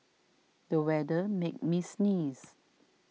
the weather made me sneeze